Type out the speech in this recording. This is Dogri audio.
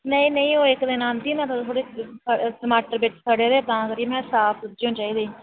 नेईं नेईं ओह् इक दिन औंदी ही थोह्ड़ी थोह्ड़ी टमाटर बिच्च सड़े दे हे तां करियै में साफ सब्जी होनी चाहिदी